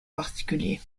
particulier